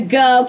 go